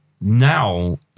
now